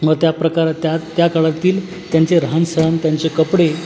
मग त्या प्रकारात त्या त्या काळातील त्यांचे राहान सहान त्यांचे कपडे